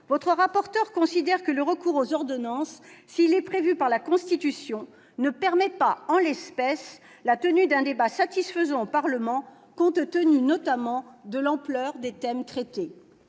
Votre rapporteur considère que le recours aux ordonnances, s'il est prévu par la Constitution, ne permet pas en l'espèce la tenue d'un débat satisfaisant au Parlement, compte tenu notamment de l'ampleur des thèmes traités.